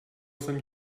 jsem